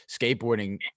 skateboarding